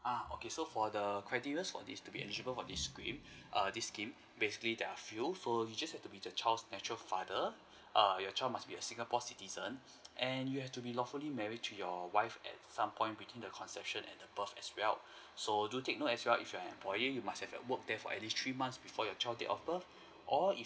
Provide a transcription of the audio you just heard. uh okay so for the criterias for this to be eligible for this scheme err this scheme basically there are few so you just have to be the child's actual father err your child must be a singapore citizen and you have to be lawfully marriage to your wife at some point between the conception and above as well so do take note as well if you are employee you must have worked there for at least three months before your child date of birth or